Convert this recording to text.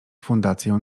fundację